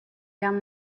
guerre